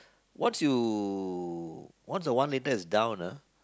once you once a while later it's down ah